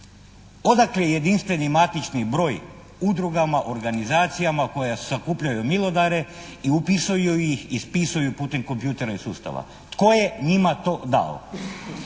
Odakle jedinstveni matični broj udrugama, organizacijama, koje sakupljaju milodare i upisuju ih, ispisuju putem kompjutera i sustava? Tko je njima to dao?